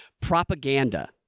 propaganda